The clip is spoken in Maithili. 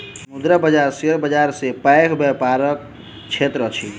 मुद्रा बाजार शेयर बाजार सॅ पैघ व्यापारक क्षेत्र अछि